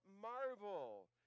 marvel